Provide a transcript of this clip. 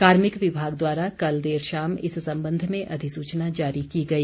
कार्मिक विभाग द्वारा कल देर शाम इस संबंध में अधिसूचना जारी की गई